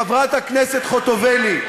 חברת הכנסת חוטובלי,